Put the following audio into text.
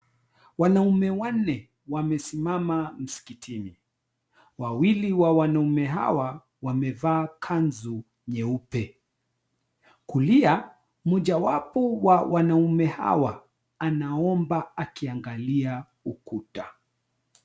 Wanaume wanne wamesimama msikitini. Wawili wa wanaume hawa wamevaa kanzu nyeupe. 𝐾𝑢𝑙𝑖𝑎, mmoja wapo wa wanaume hawa anaomba akiangalia ukuta.